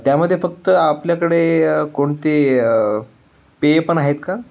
त्यामध्ये फक्त आपल्याकडे कोणते पेय पण आहेत का